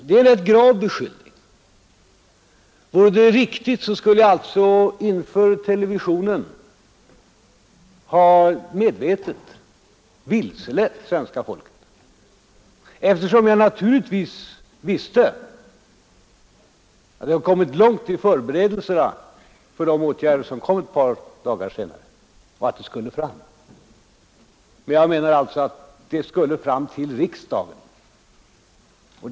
Det är en ganska grav beskyllning, Om påståendet hade varit riktigt, skulle jag alltså i TV medvetet ha vilselett svenska folket, eftersom jag naturligtvis visste att det hade kommit långt i förberedelserna för de åtgärder som föreslogs ett par dagar senare. Men jag menade att förslagen skulle läggas fram för riksdagen.